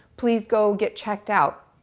please go get checked out.